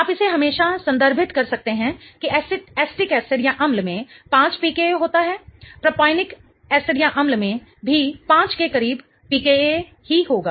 आप इसे हमेशा संदर्भित कर सकते हैं की एसिटिकएसिडअम्ल में 5 pKa होता है प्रोपियोनिक एसिडअम्ल में भी 5 के करीब pKa ही होगा